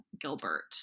Gilbert